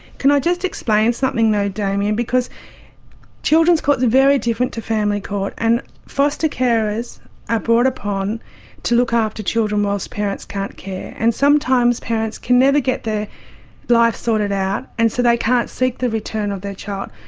can i just explain something, though, damien, because children's courts are very different to family court, and foster carers are brought upon to look after children whilst parents can't care. and sometimes parents can never get their lives sorted out, and so they can't seek the return of their child.